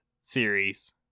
series